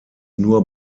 nur